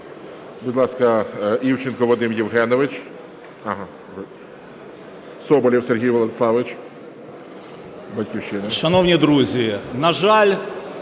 Будь ласка, Івченко Вадим Євгенович. Соболєв Сергій Владиславович,